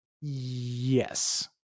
Yes